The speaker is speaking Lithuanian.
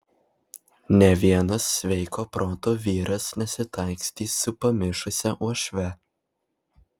nė vienas sveiko proto vyras nesitaikstys su pamišusia uošve